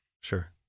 Sure